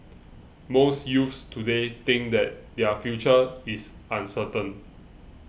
most youths today think that their future is uncertain